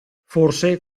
forse